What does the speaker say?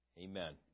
Amen